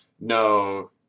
no